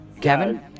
Kevin